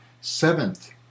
seventh